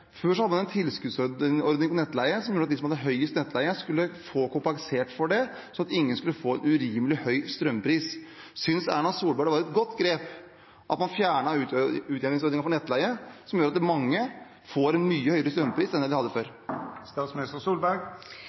som gjorde at de som hadde høyest nettleie, skulle bli kompensert for det, sånn at ingen skulle få en urimelig høy strømpris. Synes Erna Solberg det var et godt grep at man fjernet utjevningsordningen for nettleie, noe som gjør at mange får en mye høyere strømpris enn de hadde før?